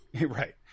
Right